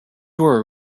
were